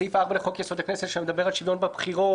סעיף 4 לחוק יסוד: הכנסת שמדבר על שוויון בבחירות,